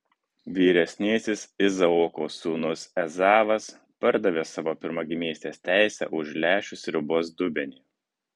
vyresnysis izaoko sūnus ezavas pardavė savo pirmagimystės teisę už lęšių sriubos dubenį